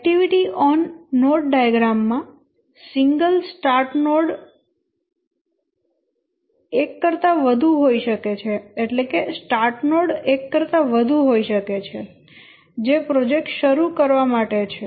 activity on node diagram માં single start node એક કરતાં વધુ હોઈ શકે છે જે પ્રોજેક્ટ શરૂ કરવા માટે છે